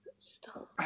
Stop